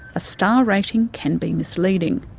a star rating can be misleading.